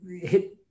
hit